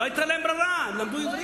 לא היתה להם ברירה, הם למדו עברית.